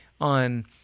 on